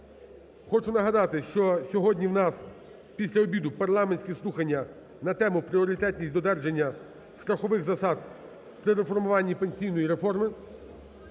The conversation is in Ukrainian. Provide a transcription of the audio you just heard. Хочу нагадати, що сьогодні у нас після обіду парламентські слухання на тему: "Пріоритетність додержання страхових засад при реформуванні пенсійної реформи".